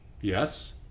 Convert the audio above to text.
yes